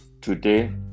Today